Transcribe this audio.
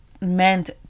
meant